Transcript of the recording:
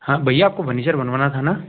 हाँ भैया आपको फ़र्नीचर बनवाना था ना